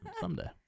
Someday